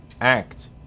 act